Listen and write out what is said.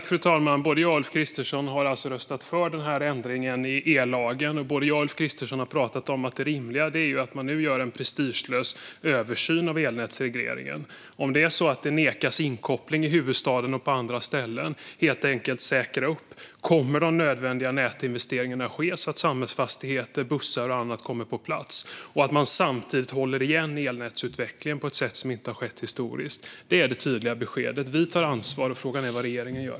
Fru talman! Både jag och Ulf Kristersson har alltså röstat för ändringen i ellagen, och både jag och Ulf Kristersson har pratat om att det rimliga är att man nu gör en prestigelös översyn av elnätsregleringen. Om det är så att det nekas inkoppling i huvudstaden och på andra ställen måste man helt enkelt säkra att de nödvändiga nätinvesteringarna kommer att ske så att samhällsfastigheter, bussar och annat kommer på plats och samtidigt hålla igen elnätsutvecklingen på ett sätt som inte har skett historiskt. Det är det tydliga beskedet. Vi tar ansvar. Frågan är vad regeringen gör.